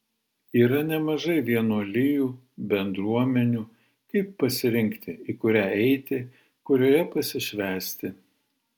yra nemažai vienuolijų bendruomenių kaip pasirinkti į kurią eiti kurioje pasišvęsti